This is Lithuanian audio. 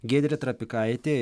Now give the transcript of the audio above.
giedrė trapikaitė